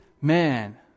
man